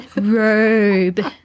robe